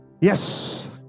Yes